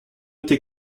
été